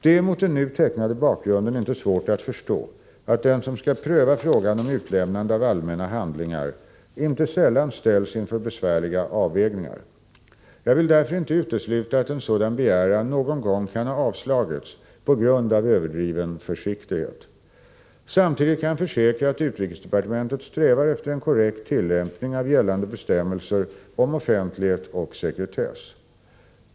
Det är mot den nu tecknade bakgrunden inte svårt att förstå att den som skall pröva frågan om utlämnande av allmänna handlingar inte sällan ställs inför besvärliga avvägningar. Jag vill därför inte utesluta att en sådan begäran någon gång kan ha avslagits på grund av överdriven försiktighet. Samtidigt kan jag försäkra att utrikesdepartementet strävar efter en korrekt tillämpning av gällande bestämmelser om offentlighet och sekretess.